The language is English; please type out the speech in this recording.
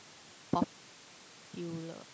popular